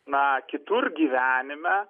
na kitur gyvenime